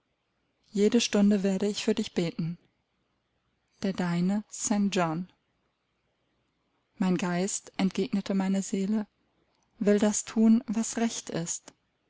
jede stunde werde ich für dich beten der deine st john mein geist entgegnete meine seele will das thun was recht ist